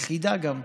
יחידה גם.